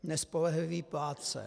Nespolehlivý plátce.